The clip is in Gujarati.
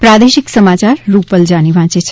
પ્રાદેશિક સમાચાર રૂપલ જાની વાંચે છે